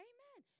Amen